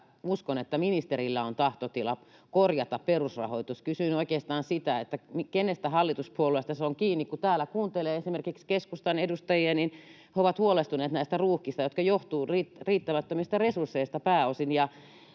uskon, että ministerillä on tahtotila korjata perusrahoitus. Kysyin oikeastaan sitä, mistä hallituspuolueesta se on kiinni, sillä kun täällä kuuntelee esimerkiksi keskustan edustajia, niin he ovat huolestuneet näistä ruuhkista, jotka johtuvat riittämättömistä resursseista pääosin.